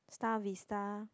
Star Vista